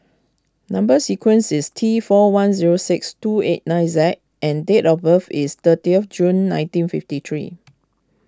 Number Sequence is T four one zero six two eight nine Z and date of birth is thirtieth June nineteen fifty three